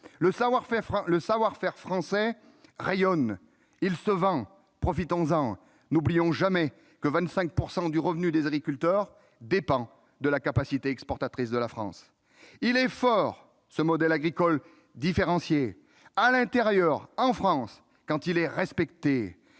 Le savoir-faire français rayonne, il se vend. Profitons-en ! N'oublions jamais que 25 % du revenu des agriculteurs dépend de la capacité exportatrice de la France. Notre modèle agricole différencié est fort, en France, quand il est respecté,